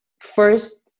first